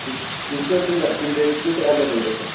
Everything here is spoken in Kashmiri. تُہۍ تُہۍ ہیٚکِو حظ تَمہِ دۄہ تِمہِ ڈیٹہٕ ہیٚکوٕ تُہۍ ایٚویلیبُل گٔژھِتھ